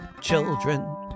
children